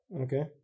Okay